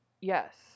Yes